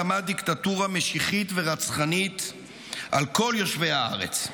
הקמת דיקטטורה משיחית ורצחנית על כל יושבי הארץ.